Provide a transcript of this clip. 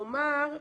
כלומר,